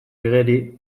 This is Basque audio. igeri